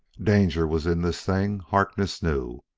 danger was in this thing, harkness knew,